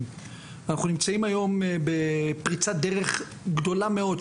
צריך לקחת בחשבון שככל